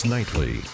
Nightly